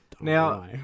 Now